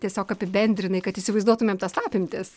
tiesiog apibendrinai kad įsivaizduotumėm tas apimtis